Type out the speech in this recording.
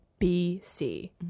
BC